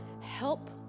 help